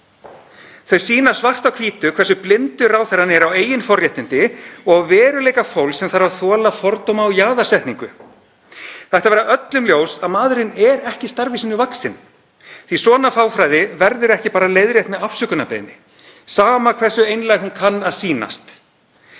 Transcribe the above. Þetta sýnir svart á hvítu hversu blindur ráðherrann er á eigin forréttindi og veruleika fólks sem þarf að þola fordóma og jaðarsetningu. Það ætti að vera öllum ljóst að maðurinn er ekki starfi sínu vaxinn því að svona fáfræði verður ekki bara leiðrétt með afsökunarbeiðni, sama hversu einlæg hún kann að sýnast.